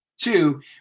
Two